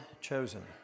chosen